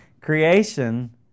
creation